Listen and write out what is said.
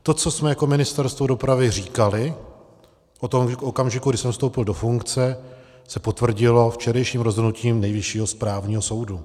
To, co jsme jako Ministerstvo dopravy říkali od okamžiku, kdy jsem vstoupil do funkce, se potvrdilo včerejším rozhodnutím Nejvyššího správního soudu.